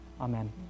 Amen